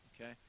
okay